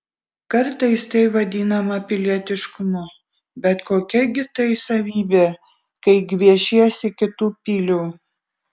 kartais tai vadinama pilietiškumu bet kokia gi tai savybė kai gviešiesi kitų pilių